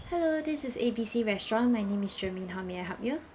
hello this is A B C restaurant my name is germaine how may I help you